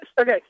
okay